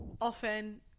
often